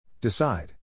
Decide